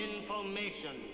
Information